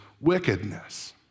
wickedness